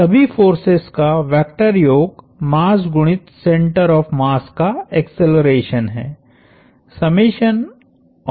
सभी फोर्सेस का वेक्टर योग मास गुणित सेंटर ऑफ़ मास का एक्सेलरेशन है